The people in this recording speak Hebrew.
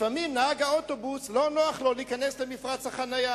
לפעמים לנהג אוטובוס לא נוח להיכנס למפרץ החנייה,